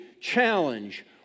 challenge